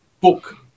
book